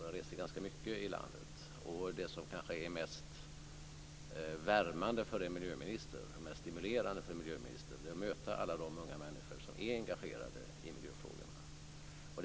Jag reser ganska mycket i landet, och det som kanske är mest värmande och stimulerande för en miljöminister är att möta alla de unga människor som är engagerade i miljöfrågorna.